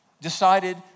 decided